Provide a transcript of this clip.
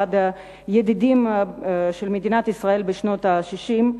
אחד הידידים של מדינת ישראל בשנות ה-60: